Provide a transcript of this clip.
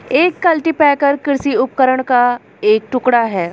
एक कल्टीपैकर कृषि उपकरण का एक टुकड़ा है